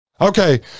Okay